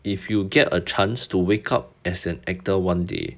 if you get a chance to wake up as an actor one day